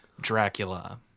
Dracula